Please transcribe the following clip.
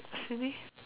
maybe